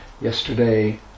Yesterday